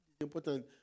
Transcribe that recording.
important